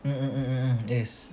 mm mm mm mm yes